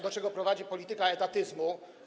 Do tego prowadzi polityka etatyzmu.